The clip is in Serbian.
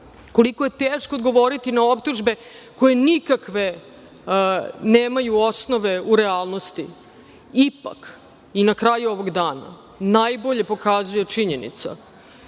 koliko je teško odgovoriti na optužbe koje nikakve nemaju osnove u realnosti. Ipak, i na kraju ovog dana, najbolje pokazuje činjenica